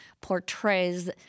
portrays